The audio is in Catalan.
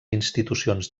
institucions